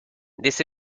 this